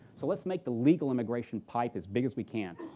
so let's make the legal immigration pipe as big as we can.